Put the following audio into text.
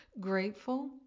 grateful